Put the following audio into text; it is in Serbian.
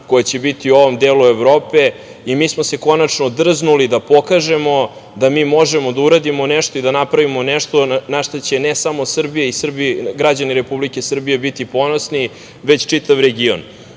koja će biti u ovom delu Evrope. Konačno, mi smo se drznuli da pokažemo da mi možemo da uradimo nešto i da napravimo nešto na šta će ne samo Srbija i građani Republike Srbije biti ponosni, već čitav region,